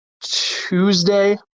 Tuesday